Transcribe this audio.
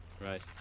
Right